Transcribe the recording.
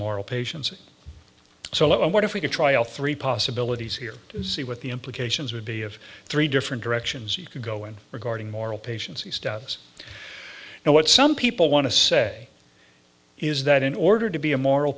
what if we could try all three possibilities here and see what the implications would be of three different directions you could go in regarding moral patients the status and what some people want to say is that in order to be a moral